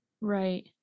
Right